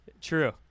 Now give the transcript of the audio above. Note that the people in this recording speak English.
True